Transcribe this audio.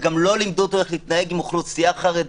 וגם לא לימדו אותו איך להתנהג עם אוכלוסייה חרדית,